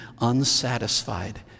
unsatisfied